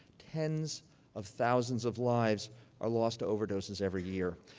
tens of thousands of lives are lost to overdoses every year.